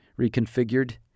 Reconfigured